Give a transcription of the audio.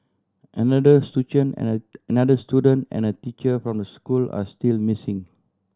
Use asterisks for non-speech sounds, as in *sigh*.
another *unintelligible* and another student and a teacher from the school are still missing